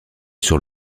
sur